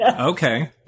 Okay